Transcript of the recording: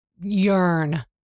yearn